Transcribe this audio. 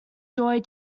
joey